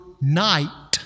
night